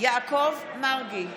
יעקב מרגי,